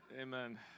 Amen